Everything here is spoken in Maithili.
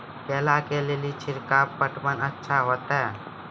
केला के ले ली छिड़काव पटवन अच्छा होते?